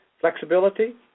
flexibility